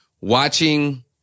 watching